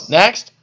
next